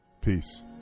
peace